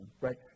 right